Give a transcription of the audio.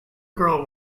girl